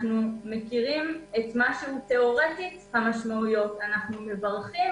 אנחנו מכירים את מה שהוא תיאורטית המשמעויות ומברכים